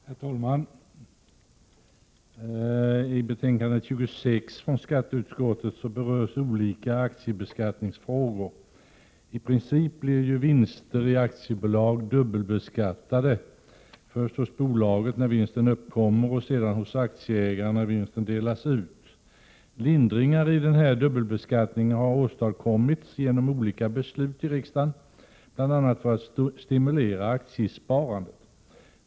Herr talman! I betänkande 26 från skatteutskottet berörs olika aktiebeskattningsfrågor. I princip blir vinster i aktiebolag dubbelbeskattade, först hos bolaget när vinsten uppkommer och sedan hos aktieägaren när vinsten delas ut. Lindringar i denna dubbelbeskattning har åstadkommits genom 113 olika beslut i riksdagen, bl.a. för att stimulera aktiesparandet.